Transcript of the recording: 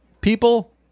people